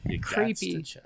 creepy